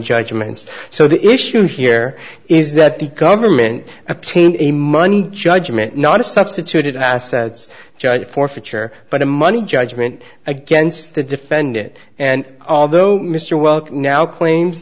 judgments so the issue here is that the government opin a money judgment not a substituted assets judge forfeiture but a money judgment against the defendant and although mr welk now claims